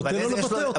תן לו לבטא אותן.